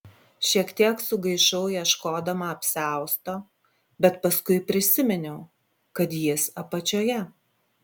šiek tiek sugaišau ieškodama apsiausto bet paskui prisiminiau kad jis apačioje